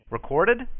Recorded